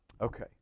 Okay